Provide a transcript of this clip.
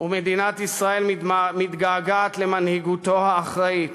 ומדינת ישראל מתגעגעת למנהיגותו האחראית